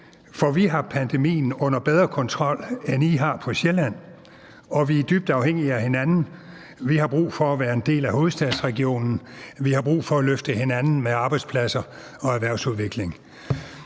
for vi har pandemien under bedre kontrol, end I har på Sjælland. Og vi er dybt afhængige af hinanden. Vi har brug for at være en del af hovedstadsregionen: Vi har brug for at løfte hinanden med arbejdspladser og erhvervsudvikling«.